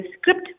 script